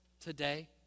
today